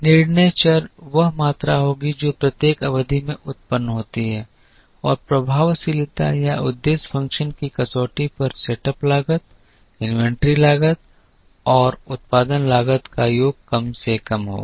निर्णय चर वह मात्रा होगी जो प्रत्येक अवधि में उत्पन्न होती है और प्रभावशीलता या उद्देश्य फ़ंक्शन की कसौटी पर सेटअप लागत इन्वेंट्री लागत और उत्पादन लागत का योग कम से कम होगा